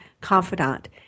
confidant